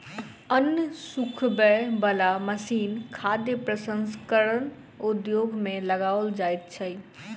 अन्न सुखबय बला मशीन खाद्य प्रसंस्करण उद्योग मे लगाओल जाइत छै